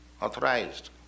authorized